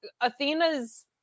Athena's